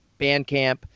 Bandcamp